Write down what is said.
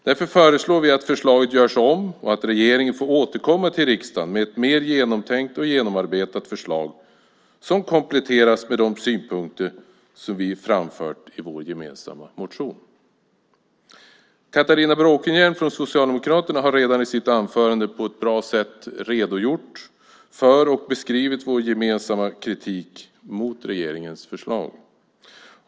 Därför föreslår vi att förslaget görs om och att regeringen får återkomma till riksdagen med ett mer genomtänkt och genomarbetat förslag som kompletteras med de synpunkter som vi har framfört i vår gemensamma motion. Catharina Bråkenhielm från Socialdemokraterna har redan i sitt anförande på ett bra sätt redogjort för och beskrivit vår gemensamma kritik mot regeringens förslag.